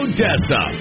Odessa